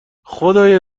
خدای